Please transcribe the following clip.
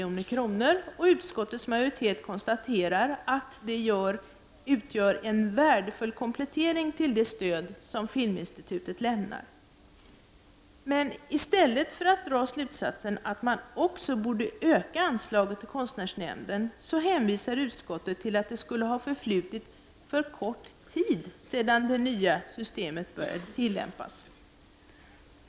och utskottets majoritet konstaterar att det utgör ”en värdefull komplettering till det stöd som Filminstitutet lämnar”. Men i stället för att dra slutsatsen att man också borde öka anslaget till konstnärsnämnden hänvisar utskottet till att det skulle ha förflutit för kort tid sedan det nya systemet började tillämpas.